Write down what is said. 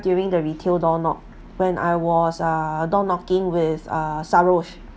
during the retail door knock when I was uh door knocking with uh sarosh